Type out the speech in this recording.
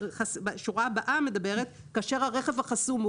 השורה הבאה מדברת על מצב בו הרכב החסום הוא